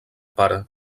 pare